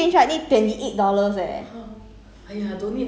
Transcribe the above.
then they say must pay money then I go and search right